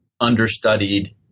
understudied